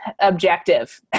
objective